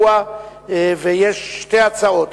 ויש שתי הצעות,